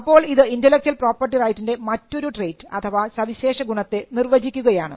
അപ്പോൾ ഇത് intellectual property റൈറ്റിൻറെ മറ്റൊരു ട്രെയ്റ്റ് അഥവാ സവിശേഷ ഗുണത്തെ നിർവചിക്കുകയാണ്